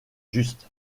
juste